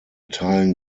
teilen